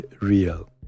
real